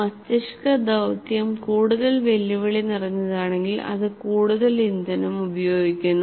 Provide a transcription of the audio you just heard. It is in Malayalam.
മസ്തിഷ്ക ദൌത്യം കൂടുതൽ വെല്ലുവിളി നിറഞ്ഞതാണെകിൽ അത് കൂടുതൽ ഇന്ധനം ഉപയോഗിക്കുന്നു